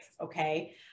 Okay